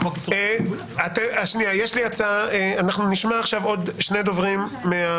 אנחנו נשמע עכשיו עוד שני דוברים.